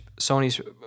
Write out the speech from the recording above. Sony's